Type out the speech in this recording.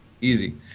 Easy